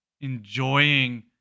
enjoying